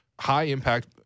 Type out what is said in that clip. high-impact